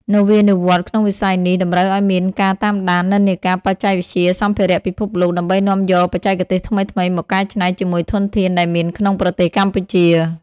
នវានុវត្តន៍ក្នុងវិស័យនេះតម្រូវឱ្យមានការតាមដាននិន្នាការបច្ចេកវិទ្យាសម្ភារៈពិភពលោក ដើម្បីនាំយកបច្ចេកទេសថ្មីៗមកកែច្នៃជាមួយធនធានដែលមានក្នុងប្រទេសកម្ពុជា។